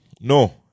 No